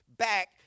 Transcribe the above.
Back